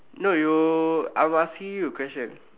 no you I'm asking you a question